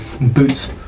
Boots